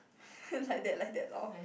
like that like that loh